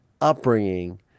upbringing